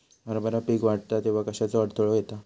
हरभरा पीक वाढता तेव्हा कश्याचो अडथलो येता?